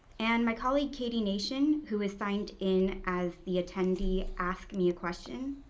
and my colleague katie nation, who is signed in as the attendee ask me a question,